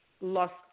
lost